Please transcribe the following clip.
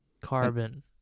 Carbon